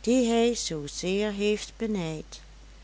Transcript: die hij zoozeer heeft benijd